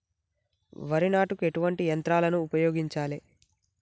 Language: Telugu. వరి నాటుకు ఎటువంటి యంత్రాలను ఉపయోగించాలే?